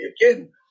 again